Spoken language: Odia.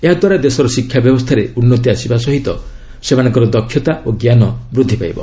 ଏହା ଦ୍ୱାରା ଦେଶର ଶିକ୍ଷା ବ୍ୟବସ୍ଥାରେ ଉନ୍ଦତି ଆସିବା ସହ ସେମାନଙ୍କର ଦକ୍ଷତା ଓ ଜ୍ଞାନ ବୃଦ୍ଧି ପାଇବ